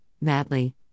madly